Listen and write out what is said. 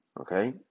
Okay